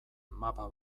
mapa